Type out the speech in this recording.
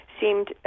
seemed